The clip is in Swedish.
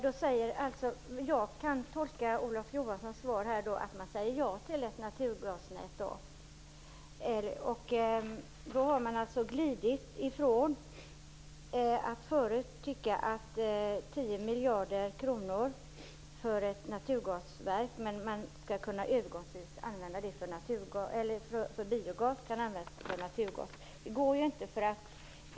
Fru talman! Jag kan då tolka Olof Johanssons svar som att man säger ja till ett naturgasnät. Man har alltså glidit från sin tidigare synpunkt på att satsa 10 miljarder kronor på ett naturgasverk. Man tänker sig att övergångsvis kunna använda det för biogas, men det går ju inte.